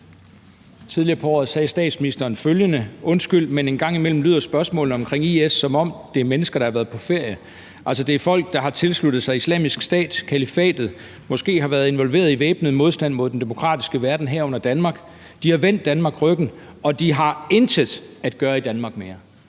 Tidligere på året sagde statsministeren følgende: »Undskyld, men en gang imellem lyder spørgsmålene omkring IS, som om det er mennesker, der har været på ferie. Altså, det er folk, der har tilsluttet sig Islamisk Stat, kalifatet, måske har været involveret i væbnet modstand mod den demokratiske verden – herunder Danmark. De har vendt Danmark ryggen. Og de har intet at gøre i Danmark mere.«